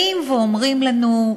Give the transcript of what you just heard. באים ואומרים לנו,